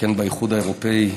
שכן באיחוד האירופי,